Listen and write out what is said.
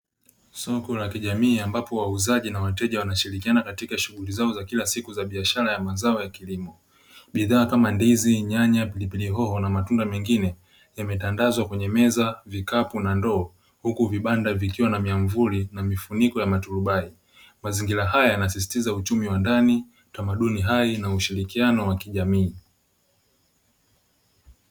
Soko la kijamii ambapo wauzaji na wateja wanashirikiana katika shughuli zao za kila siku katika biashara ya mazao ya kilimo. Bidhaa kama ndizi, nyanya, pilipili hoho na matunda mengine; yametandazwa kwenye meza vikapu na ndoo, huku vibanda vikiwa na miyamvuli na mifuniko ya maturubai. Mazingira haya yanasisitiza uchumi wa ndani utamaduni hai na ushirikiano wa kijamii.